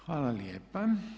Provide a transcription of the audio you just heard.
Hvala lijepa.